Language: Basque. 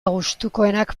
gustukoenak